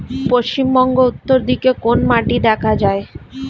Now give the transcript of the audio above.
পশ্চিমবঙ্গ উত্তর দিকে কোন মাটি দেখা যায়?